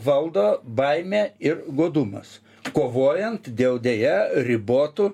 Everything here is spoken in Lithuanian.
valdo baimė ir godumas kovojant dėl deja ribotų